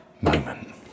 moment